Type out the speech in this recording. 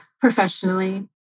professionally